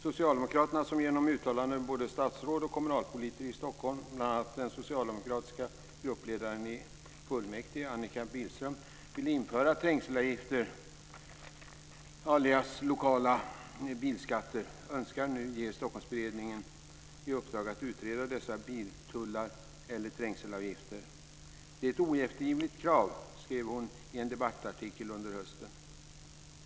Socialdemokraterna vill att döma av uttalanden av både statsråd och kommunalpolitiker i Stockholm, bl.a. den socialdemokratiska gruppledaren i fullmäktige Annika Billström, införa trängselavgifter, alias lokala bilskatter. Nu önskar de ge Stockholmsberedningen i uppdrag att utreda dessa biltullar eller trängselavgifter. Det är ett oeftergivligt krav, skrev Billström i en debattartikel under hösten.